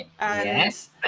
Yes